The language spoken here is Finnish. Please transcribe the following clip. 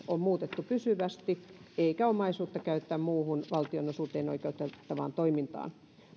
on muutettu pysyvästi eikä omaisuutta käytetä muuhun valtionosuuteen oikeutettavaan toimintaan